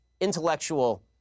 intellectual